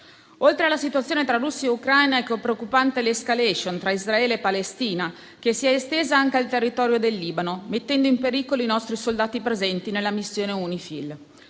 Oltre alla situazione tra Russia e Ucraina, è preoccupante l'*escalation* tra Israele e Palestina, che si è estesa anche al territorio del Libano, mettendo in pericolo i nostri soldati presenti nella missione UNIFIL.